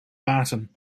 barton